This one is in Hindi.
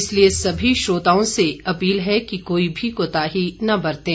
इसलिए सभी श्रोताओं से अपील है कि कोई भी कोताही न बरतें